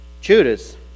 Judas